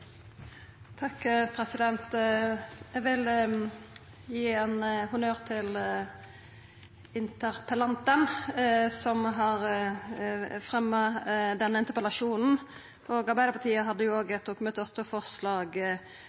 Eg vil gi honnør til interpellanten som har fremja denne interpellasjonen. Arbeidarpartiet hadde òg eit Dokument